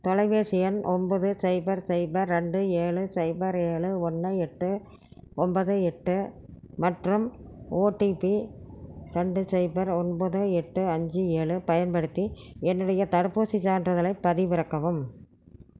தொலைபேசி எண் ஒன்பது சைபர் சைபர் ரெண்டு ஏழு சைபர் ஏழு ஒன்று எட்டு ஒன்பது எட்டு மற்றும் ஓடிபி ரெண்டு சைபர் ஒன்பது எட்டு அஞ்சு ஏழு பயன்படுத்தி என்னுடைய தடுப்பூசிச் சான்றிதழைப் பதிவிறக்கவும்